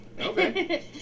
Okay